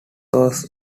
was